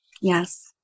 Yes